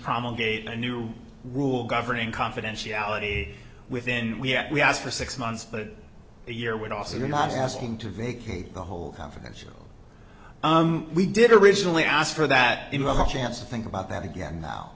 promulgated a new rule governing confidentiality within we ask for six months but a year would also you're not asking to vacate the whole confidential we did originally ask for that you have a chance to think about that again now